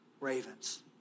ravens